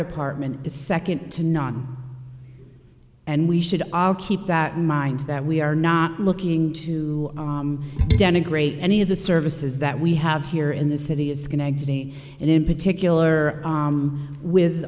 department is second to none and we should keep that in mind that we are not looking to denigrate any of the services that we have here in the city is connected me and in particular with